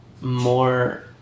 more